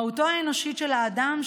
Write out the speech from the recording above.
מהותו האנושית של האדם,